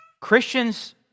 Christians